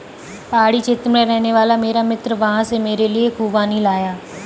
पहाड़ी क्षेत्र में रहने वाला मेरा मित्र वहां से मेरे लिए खूबानी लाया